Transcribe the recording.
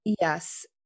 Yes